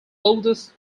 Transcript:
oldest